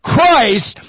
Christ